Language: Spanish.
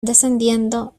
descendiendo